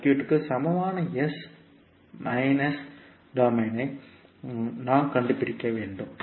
சர்க்யூட்க்கு சமமான s minus டொமைன்னை நாம் கண்டுபிடிக்க வேண்டும்